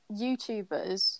YouTubers